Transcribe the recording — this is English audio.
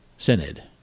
synod